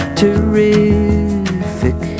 terrific